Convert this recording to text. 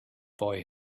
boy